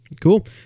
cool